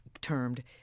termed